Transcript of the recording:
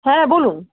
হ্যাঁ বলুন